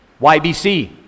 YBC